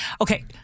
Okay